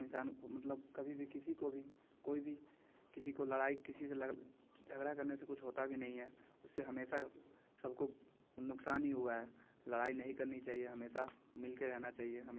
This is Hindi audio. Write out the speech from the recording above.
इंसान मतलब कभी भी किसी को भी कोई भी किसी को लड़ाई किसी से लड़ झगड़ा करने से कुछ होता भी नहीं है उससे हमेशा सबको नुक़सान ही हुआ है लड़ाई नहीं करनी चाहिए हमेशा मिल कर रहना चाहिए हमें